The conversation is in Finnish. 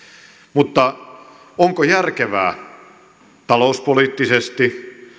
mutta onko järkevää talouspoliittisesti